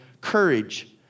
courage